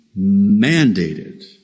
mandated